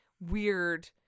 weird